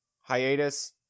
hiatus